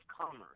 Commerce